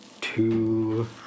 two